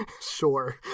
Sure